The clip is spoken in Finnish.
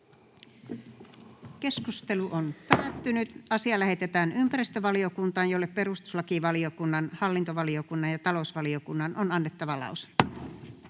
ehdottaa, että asia lähetetään ympäristövaliokuntaan, jolle perustuslakivaliokunnan, hallintovaliokunnan ja talousvaliokunnan on annettava lausunto.